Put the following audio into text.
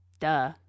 duh